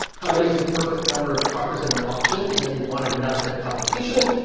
how many is the perfect number of truckers in an auction? you know, you want enough to have competition,